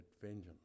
vengeance